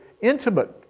intimate